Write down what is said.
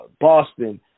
Boston